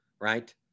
right